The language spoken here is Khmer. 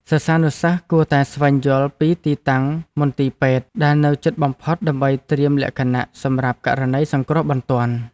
សិស្សានុសិស្សគួរតែស្វែងយល់ពីទីតាំងមន្ទីរពេទ្យដែលនៅជិតបំផុតដើម្បីត្រៀមលក្ខណៈសម្រាប់ករណីសង្គ្រោះបន្ទាន់។